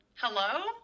Hello